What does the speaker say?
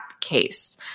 case